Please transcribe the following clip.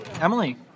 Emily